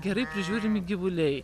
gerai prižiūrimi gyvuliai